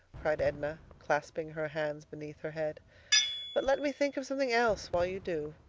cried edna, clasping her hands beneath her head but let me think of something else while you do.